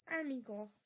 Amigo